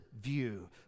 view